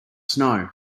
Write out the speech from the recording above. snow